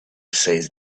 says